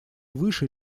выше